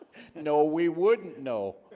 no we wouldn't know